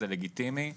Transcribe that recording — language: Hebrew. זה לגיטימי.